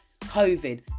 COVID